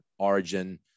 origin